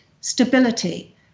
stability